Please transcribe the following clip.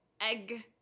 Egg